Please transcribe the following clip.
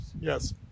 Yes